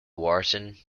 wharton